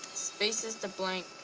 space is to blink.